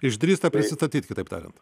išdrįsta prisistatyti kitaip tariant